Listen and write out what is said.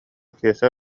киэсэ